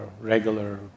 regular